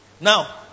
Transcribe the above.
Now